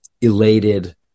elated